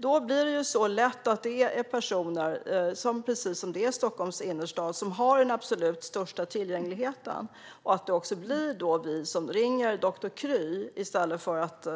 Då blir det lätt så att det är personer i Stockholms innerstad som har den absolut största tillgängligheten, som ringer doktor Kry i stället för att